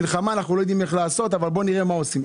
מלחמה אנחנו לא יודעים איך לעשות אבל בוא נראה מה עושים.